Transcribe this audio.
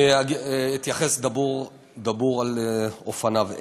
אני אתייחס דבר דבור על אופניו.